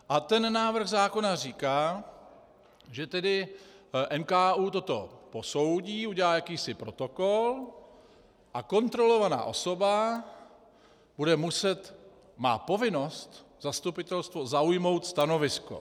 A ten návrh zákona říká, že NKÚ toto posoudí, udělá jakýsi protokol a kontrolovaná osoba bude muset, má povinnost, zastupitelstvo, zaujmout stanovisko.